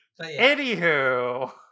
Anywho